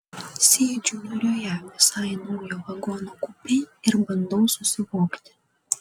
sėdžiu niūrioje visai naujo vagono kupė ir bandau susivokti